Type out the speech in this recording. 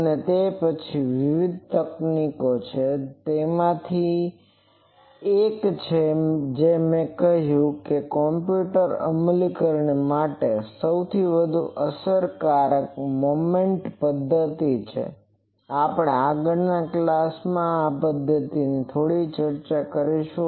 અને પછી ત્યાં વિવિધ તકનીકીઓ છે જેમાંથી એક છે મેં કહ્યું હતું કે કમ્પ્યુટર અમલીકરણ માટે સૌથી વધુ અસરકારક મોમેન્ટ પદ્ધતિ છે કે આપણે આગળના ક્લાસમાં પદ્ધતિની થોડી ચર્ચા કરીશું